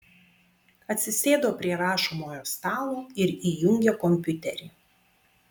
atsisėdo prie rašomojo stalo ir įjungė kompiuterį